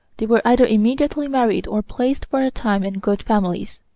they were either immediately married or placed for a time in good families.